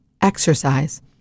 exercise